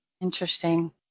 Interesting